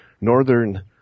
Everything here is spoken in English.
northern